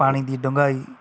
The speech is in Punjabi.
ਪਾਣੀ ਦੀ ਡੂੰਘਾਈ